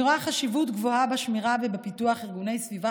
אני רואה חשיבות גבוהה בשמירה ובפיתוח של ארגוני סביבה